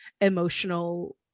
emotional